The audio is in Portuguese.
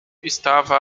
estava